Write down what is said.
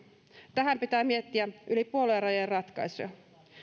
tähän pitää miettiä yli puoluerajojen ratkaisuja